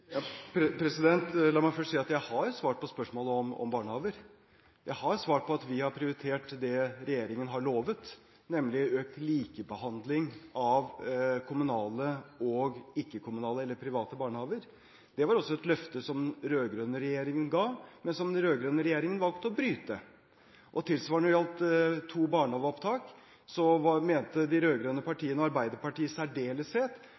La meg først si at jeg har svart på spørsmålet om barnehager, jeg har svart at vi har prioritert det regjeringen har lovet, nemlig økt likebehandling av kommunale og ikke-kommunale eller private barnehager. Det var også et løfte som den rød-grønne regjeringen ga, men som den rød-grønne regjeringen valgte å bryte. Tilsvarende: Når det gjaldt to barnehageopptak, mente de rød-grønne partiene – og Arbeiderpartiet i særdeleshet